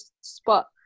spot